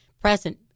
present